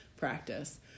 practice